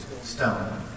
stone